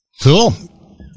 Cool